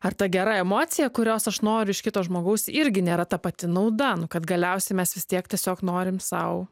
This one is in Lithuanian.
ar ta gera emocija kurios aš noriu iš kito žmogaus irgi nėra ta pati nauda nu kad galiausiai mes vis tiek tiesiog norim sau